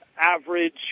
average